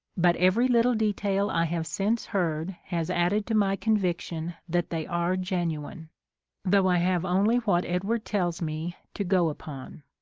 but every little detail i have since heard has added to my conviction that they are genuine though i have only what edward tells me to go upon.